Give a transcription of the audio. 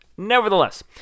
Nevertheless